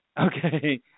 Okay